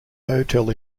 hotel